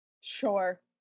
sure